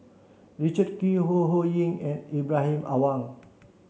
Richard Kee Ho Ho Ying and Ibrahim Awang